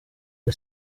the